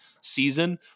season